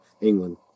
England